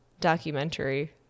documentary